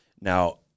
now